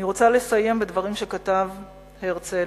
אני רוצה לסיים בדברים שכתב הרצל: